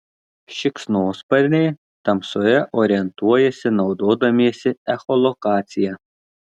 šikšnosparniai tamsoje orientuojasi naudodamiesi echolokacija